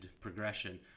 progression